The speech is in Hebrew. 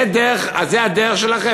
זה הדרך שלכם?